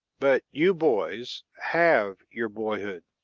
but you boys have your boyhood.